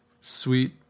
sweet